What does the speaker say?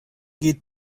geht